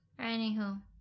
Anywho